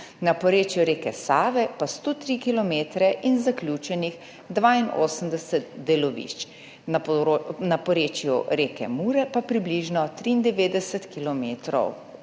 na porečju reke Save pa 103 kilometri in zaključenih 82 delovišč, na porečju reke Mure pa približno 93